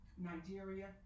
Nigeria